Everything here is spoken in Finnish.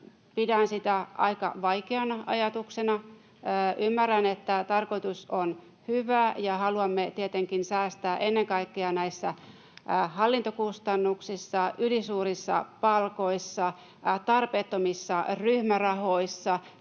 pidän aika vaikeana ajatuksena. Ymmärrän, että tarkoitus on hyvä, ja haluamme tietenkin säästää ennen kaikkea näissä hallintokustannuksissa, ylisuurissa palkoissa, tarpeettomissa ryhmärahoissa